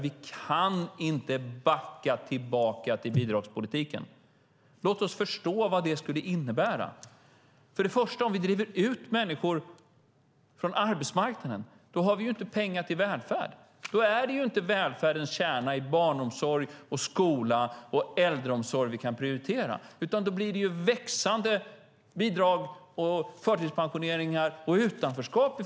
Vi kan inte backa tillbaka till bidragspolitiken. Låt oss förstå vad det skulle innebära. Om vi driver ut människor från arbetsmarknaden har vi inte pengar till välfärd. Då kan vi inte prioritera välfärdens kärna i barnomsorg, skola och äldreomsorg, utan då får vi ta skatter till växande bidrag, förtidspensioneringar och utanförskap.